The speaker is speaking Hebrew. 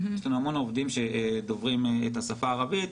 יש לנו המון עובדים שדוברים את השפה הערבית.